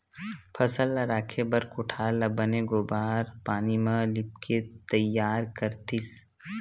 फसल ल राखे बर कोठार ल बने गोबार पानी म लिपके तइयार करतिस